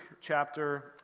chapter